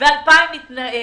ו-2,000 מתנדבים.